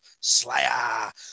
Slayer